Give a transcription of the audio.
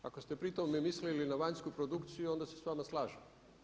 Ako ste pri tome mislili na vanjsku produkciju onda se s vama slažem.